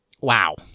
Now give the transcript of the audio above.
Wow